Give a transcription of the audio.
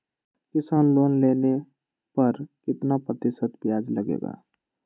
किसान लोन लेने पर कितना प्रतिशत ब्याज लगेगा?